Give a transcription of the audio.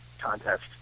contest